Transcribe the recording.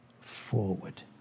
forward